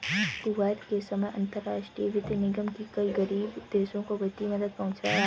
Kuwait के समय अंतरराष्ट्रीय वित्त निगम कई गरीब देशों को वित्तीय मदद पहुंचा रहा है